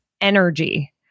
energy